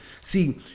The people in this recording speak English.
See